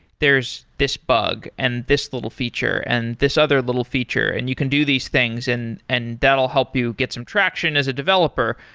there's this bug and this little feature and this other little feature, and you can do these things and and that'll help you get some traction as a developer.